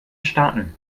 starten